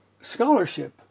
scholarship